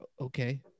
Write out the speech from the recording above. Okay